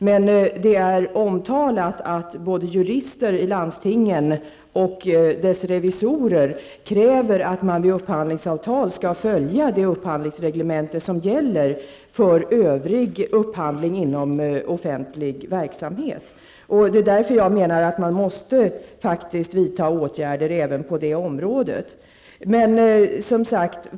Men det är omtalat att både jurister i landstingen och landstingens revisorer kräver att man vid upphandlingsavtal skall följa det upphandlingsreglemente som gäller för övrig upphandling inom offentlig verksamhet. Jag menar därför att man faktiskt måste vidta åtgärder även på det området.